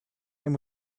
and